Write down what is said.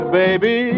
baby